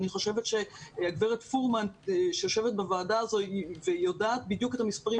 אני חושבת שחברת הכנסת פורמן שיושבת בוועדה ויודעת בדיוק את המספרים,